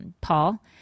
Paul